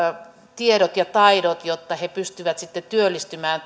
tiedot ja taidot tai todelliset taidot jotta he pystyvät sitten työllistymään